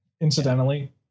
Incidentally